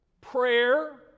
prayer